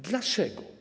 Dlaczego?